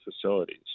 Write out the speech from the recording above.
facilities